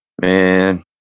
Man